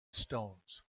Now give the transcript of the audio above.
stones